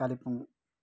Kalimpong